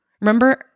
Remember